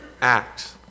Act